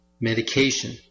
medication